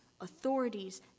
authorities